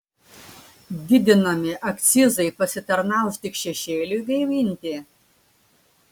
didinami akcizai pasitarnaus tik šešėliui gaivinti